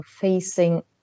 facing